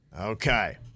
okay